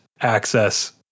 access